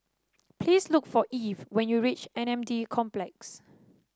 please look for Eve when you reach M N D Complex